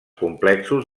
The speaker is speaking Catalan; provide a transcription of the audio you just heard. complexos